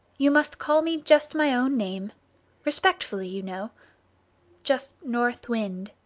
you must call me just my own name respectfully, you know just north wind.